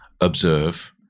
observe